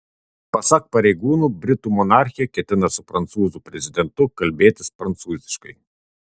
pasak pareigūnų britų monarchė ketina su prancūzų prezidentu kalbėtis prancūziškai